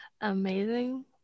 amazing